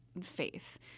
faith